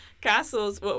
castles